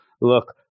look